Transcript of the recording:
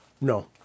no